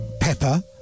Pepper